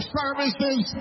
services